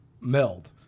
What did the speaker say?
meld